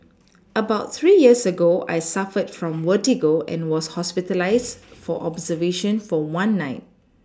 about three years ago I suffered from vertigo and was hospitalised for observation for one night